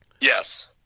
Yes